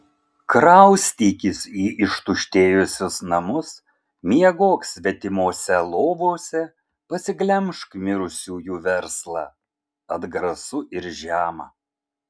kraustykis į ištuštėjusius namus miegok svetimose lovose pasiglemžk mirusiųjų verslą atgrasu ir žema